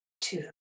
two